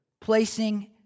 placing